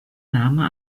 name